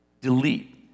Delete